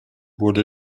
wurde